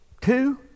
Two